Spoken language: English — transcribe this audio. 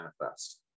manifest